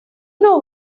know